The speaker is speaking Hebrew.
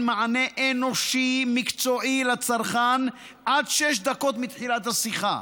מענה אנושי מקצועי לצרכן עד שש דקות מתחילת השיחה,